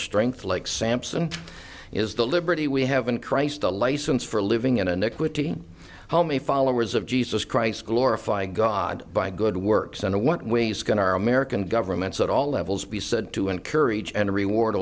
strength like sampson is the liberty we have in christ a license for living in an equity how many followers of jesus christ glorify god by good works and what ways can our american governments at all levels be said to encourage and reward